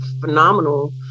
phenomenal